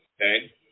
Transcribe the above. Okay